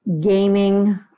gaming